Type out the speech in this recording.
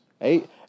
Eight